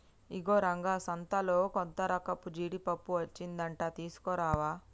ఇగో రంగా సంతలో కొత్తరకపు జీడిపప్పు అచ్చిందంట తీసుకురావా